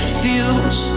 feels